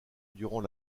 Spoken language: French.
durant